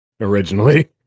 originally